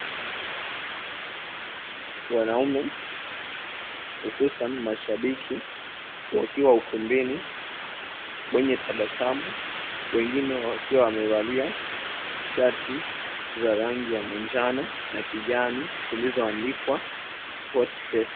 Wanaume hususan mashabiki wakiwa ukumbini wenye tabasamu wengine wakiwa wamevalia shati za rangi ya manjano na kijani zilizoandikwa, Sportpesa.